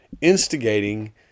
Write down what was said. instigating